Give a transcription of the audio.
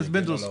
לא להורים.